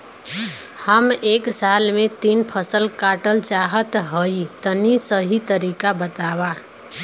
हम एक साल में तीन फसल काटल चाहत हइं तनि सही तरीका बतावा?